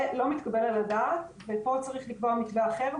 זה לא מתקבל על הדעת ופה צריך לקבוע מתווה אחר,